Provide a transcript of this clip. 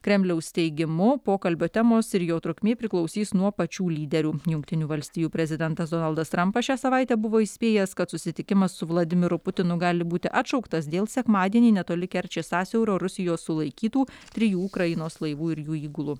kremliaus teigimu pokalbio temos ir jo trukmė priklausys nuo pačių lyderių jungtinių valstijų prezidentas donaldas trampas šią savaitę buvo įspėjęs kad susitikimas su vladimiru putinu gali būti atšauktas dėl sekmadienį netoli kerčės sąsiaurio rusijos sulaikytų trijų ukrainos laivų ir jų įgulų